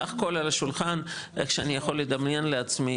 סך הכל על השולחן איך שאני יכול לדמיין לעצמי,